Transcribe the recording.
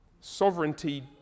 Sovereignty